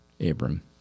Abram